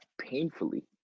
painfully